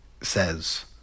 says